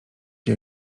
się